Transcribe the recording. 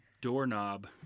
doorknob